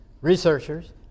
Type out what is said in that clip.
researchers